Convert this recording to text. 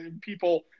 people